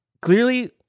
Clearly